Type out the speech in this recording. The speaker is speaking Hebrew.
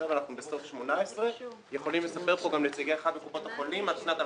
לכן אנחנו בסוף 2018. יכולים לספר כאן נציגי אחת הקופות על שנת 2016,